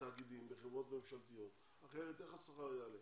בתאגידים, בחברות ממשלתיות, אחרת איך השכר יעלה?